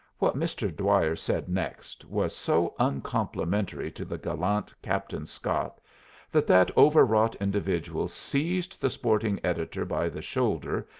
what mr. dwyer said next was so uncomplimentary to the gallant captain scott that that overwrought individual seized the sporting editor by the shoulder,